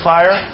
Fire